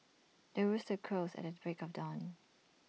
the rooster crows at the break of dawn